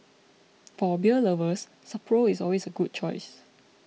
for beer lovers Sapporo is always a good choice